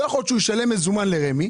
לא יכול להיות שהוא ישלם מזומן לרמ"י,